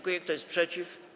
Kto jest przeciw?